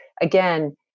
again